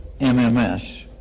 MMS